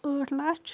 ٲٹھ لَچھ